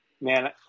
Man